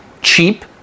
cheap